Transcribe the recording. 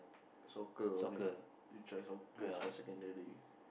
soccer only you try soccer for secondary